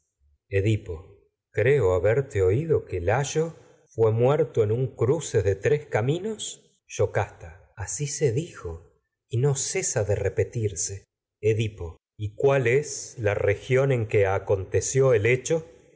ha creo tres haberte caminos oído que layo fué muerto en un cruce de yocasta asi se dijo y no cesa de repetirse edipo rey edipo hecho y cuál es la región en que aconteció el